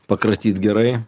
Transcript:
pakratyt gerai